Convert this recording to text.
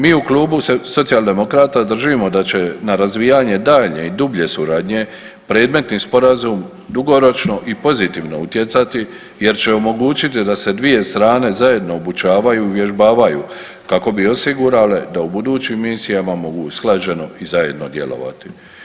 Mi u Klubu socijaldemokrata držimo da će na razvijanje daljnje i dublje suradnje predmetni Sporazum dugoročno i pozitivno utjecati jer će omogućiti da se dvije strane zajedno obučavaju i uvježbavaju, kako bi osigurale da u budućim misijama mogu usklađeno i zajedno djelovati.